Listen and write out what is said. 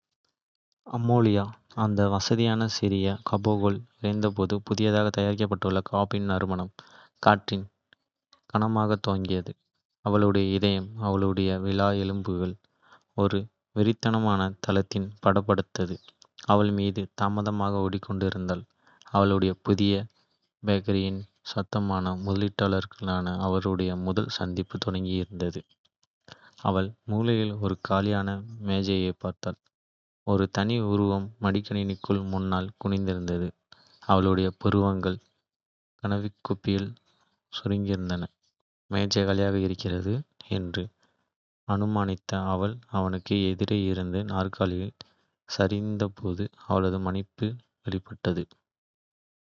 அமெலியா அந்த வசதியான சிறிய கஃபேக்குள் விரைந்தபோது புதிதாக தயாரிக்கப்பட்ட காபியின் நறுமணம் காற்றில் கனமாக தொங்கியது, அவளுடைய இதயம் அவளுடைய விலா எலும்புகளில் ஒரு வெறித்தனமான தாளத்தில் படபடத்தது. அவள் மீண்டும் தாமதமாக ஓடிக்கொண்டிருந்தாள், அவளுடைய புதிய பேக்கரியின் சாத்தியமான முதலீட்டாளருடனான அவளுடைய முதல் சந்திப்பு தொடங்க இருந்தது. அவள் மூலையில் ஒரு காலியான மேஜையைப் பார்த்தாள், ஒரு தனி உருவம் மடிக்கணினிக்கு முன்னால் குனிந்திருந்தது, அவனுடைய புருவங்கள் கவனக்குவிப்பில் சுருங்கியிருந்தன. மேஜை காலியாக இருக்கிறது என்று அனுமானித்த அவள் அவனுக்கு எதிரே இருந்த நாற்காலியில் சரிந்தபோது அவளது மன்னிப்பு வெளிப்பட்டது.